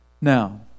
Now